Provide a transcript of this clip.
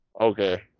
Okay